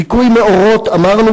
ליקוי מאורות אמרנו,